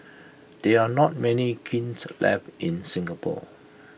there are not many kilns left in Singapore